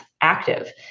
active